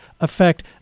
affect